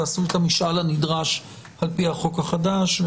תעשו את המשאל הנדרש על פי החוק החדש.